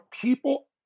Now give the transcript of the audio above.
people